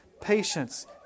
patience